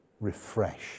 refreshed